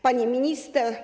Pani Minister!